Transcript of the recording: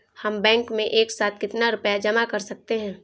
हम बैंक में एक साथ कितना रुपया जमा कर सकते हैं?